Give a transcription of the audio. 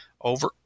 over